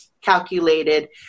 calculated